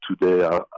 today